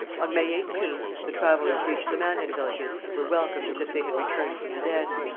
on may eighteen the travellers reached the mandan villages and were welcomed as if they had returned from the dead.